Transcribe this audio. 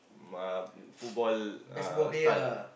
uh football uh style lah